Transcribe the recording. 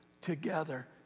together